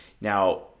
Now